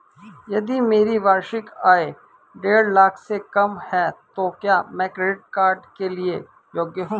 यदि मेरी वार्षिक आय देढ़ लाख से कम है तो क्या मैं क्रेडिट कार्ड के लिए योग्य हूँ?